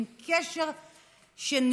עם קשר שנבנה.